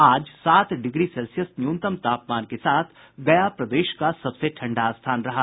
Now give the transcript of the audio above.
आज सात degree Celsius न्यूनतम तापमान के साथ गया प्रदेश का सबसे ठंडा स्थान रहा